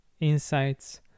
insights